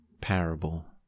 parable